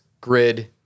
grid